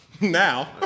now